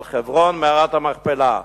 על חברון, מערת המכפלה,